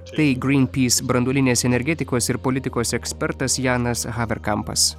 tai greenpeace branduolinės energetikos ir politikos ekspertas janas haverkampas